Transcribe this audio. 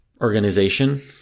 organization